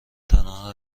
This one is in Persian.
تنها